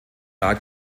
lag